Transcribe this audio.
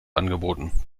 angeboten